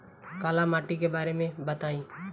काला माटी के बारे में बताई?